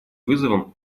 вызовом